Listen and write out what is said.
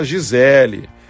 Gisele